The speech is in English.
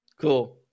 Cool